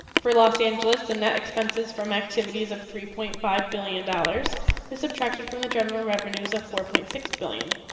for los angeles and that expenses from activities of three point five billion dollars is subtracted from the general revenues of four point six billion,